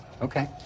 Okay